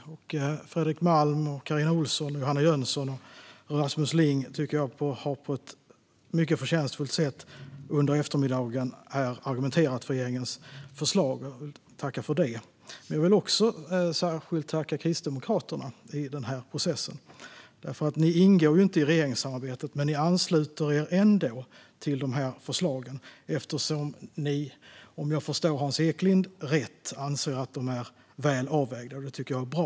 Jag tycker att Fredrik Malm, Carina Ohlsson, Johanna Jönsson och Rasmus Ling har argumenterat för regeringens förslag på ett mycket förtjänstfullt sätt under eftermiddagen, och jag vill tacka för det. Jag vill dock även tacka Kristdemokraterna i den här processen. Ni ingår inte i regeringssamarbetet, men ni ansluter er ändå till de här förslagen eftersom ni - om jag förstår Hans Eklind rätt - anser att de är väl avvägda. Det tycker jag är bra.